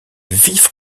vif